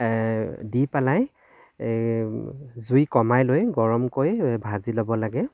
দি পেলাই এই জুই কমাই লৈ গৰমকৈ ভাজি ল'ব লাগে